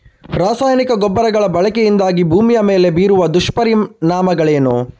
ರಾಸಾಯನಿಕ ಗೊಬ್ಬರಗಳ ಬಳಕೆಯಿಂದಾಗಿ ಭೂಮಿಯ ಮೇಲೆ ಬೀರುವ ದುಷ್ಪರಿಣಾಮಗಳೇನು?